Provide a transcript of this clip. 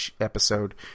episode